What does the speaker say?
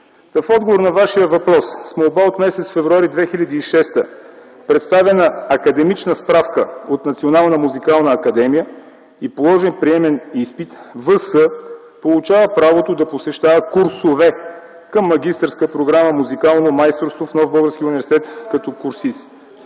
в отговор на Вашия въпрос, с молба от м. февруари 2006 г., представена академична справка от Национална музикална академия и положен приемен изпит В.С. получава правото да посещава курсове към магистърска програма „Музикално майсторство” в Нов български университет като курсист.